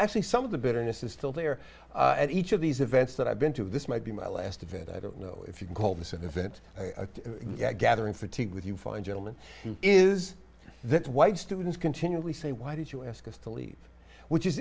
actually some of the bitterness is still there and each of these events that i've been to this might be my last of it i don't know if you can call this an event a gathering fatigue with you fine gentlemen is this white students continually saying why did you ask us to leave which is